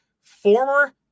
Former